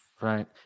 Right